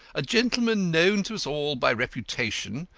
a gentleman known to us all by reputation,